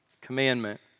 commandment